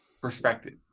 perspective